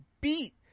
beat